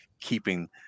keeping